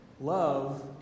Love